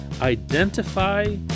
Identify